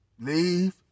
Leave